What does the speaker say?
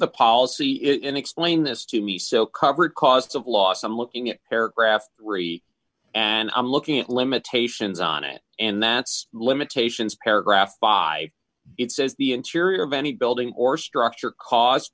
the policy it and explain this to me so cover it costs of loss i'm looking at paragraph three dollars and i'm looking at limitations on it and that's limitations paragraph five it says the interior of any building or structure caused